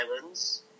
Islands